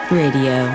radio